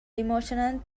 dimensional